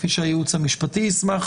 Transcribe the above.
כפי שהייעוץ המשפטי ישמח,